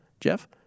Jeff